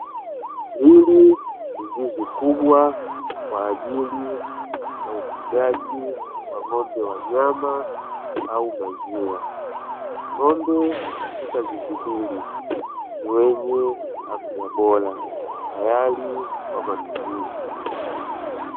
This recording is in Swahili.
Hili ni zizi kubwa, kwa ajili ya ufugaji wa ng’ombe wa nyama au maziwa, ng’ombe katika zizi hili ni wenye afya bora tayari kwa matumizi.